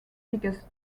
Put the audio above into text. biggest